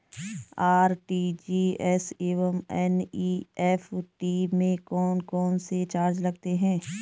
RTGS एवं NEFT में कौन कौनसे चार्ज लगते हैं?